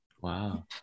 wow